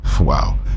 Wow